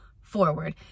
forward